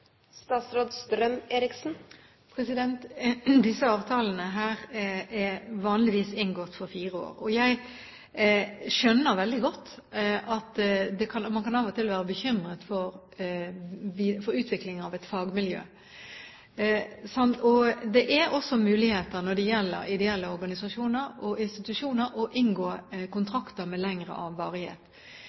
Disse avtalene er vanligvis inngått for fire år, og jeg skjønner veldig godt at man av og til kan være bekymret for utviklingen av et fagmiljø. Når det gjelder ideelle organisasjoner og institusjoner, er det også muligheter for å inngå kontrakter med lengre